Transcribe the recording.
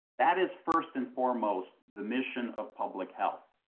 that is, first and foremost, the mission of public health.